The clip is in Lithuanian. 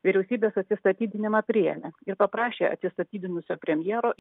vyriausybės atsistatydinimą priėmė ir paprašė atsistatydinusio premjero